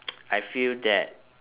I feel that